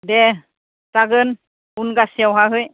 दे जागोन उनगासेयाव हाहै